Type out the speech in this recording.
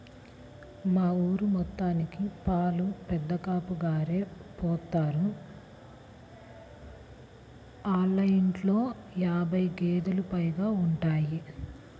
మా ఊరి మొత్తానికి పాలు పెదకాపుగారే పోత్తారు, ఆళ్ళ ఇంట్లో యాబై గేదేలు పైగా ఉంటయ్